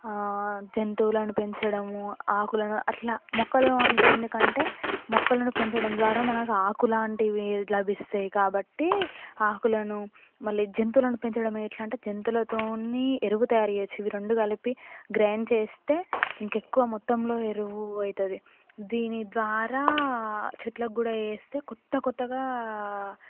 జంతువులను పెంచడము ఆకులను అట్ల మొక్కలు అంటే ఎందుకంటే మొక్కలను పెంచడం ద్వారా మనకు ఆకు లాంటివి లభిస్తాయి కాబట్టి ఆకులను మళ్ళీ జంతువులను పెంచడము ఎట్ల అంటే జంతువులతోని ఎరువు తయారుచేయొచ్చు ఇవి రెండూ కలిపి గ్రైండ్ చేస్తే ఇంకెక్కువ మొత్తంలో ఎరువు అయితది దీని ద్వారా చెట్లకు కూడా వేస్తే కొత్త కొత్తగా